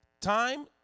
Time